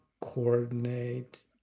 coordinate